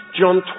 John